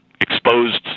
exposed